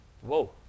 whoa